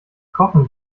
kochen